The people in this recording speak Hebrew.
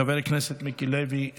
חבר הכנסת מיקי לוי,